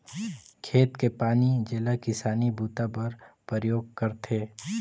खेत के पानी जेला किसानी बूता बर परयोग करथे